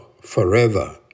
forever